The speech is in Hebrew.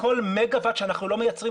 כל מגה-ואט אנחנו לא מייצרים,